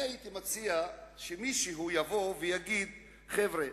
אני הייתי מציע שמישהו יגיד: חבר'ה,